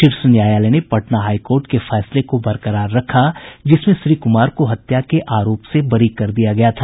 शीर्ष न्यायालय ने पटना हाईकोर्ट के फैसले को बरकरार रखा जिसमें श्री कुमार को हत्या के आरोप से बरी कर दिया गया था